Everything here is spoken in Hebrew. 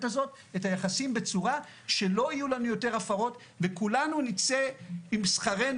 הזאת את היחסים בצורה שלא יהיו לנו יותר הפרות וכולנו נצא נשכרים,